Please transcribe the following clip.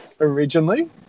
originally